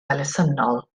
elusennol